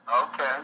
Okay